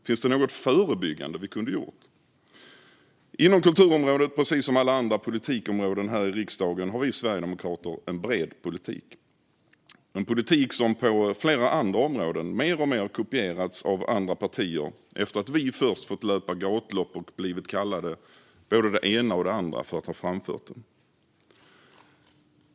Finns det något förebyggande vi kunde ha gjort? På kulturområdet, precis som på alla andra politikområden här i riksdagen, har vi sverigedemokrater en bred politik - en politik som på flera andra områden mer och mer kopierats av andra partier efter att vi först fått löpa gatlopp och blivit kallade både det ena och andra för att ha framfört den.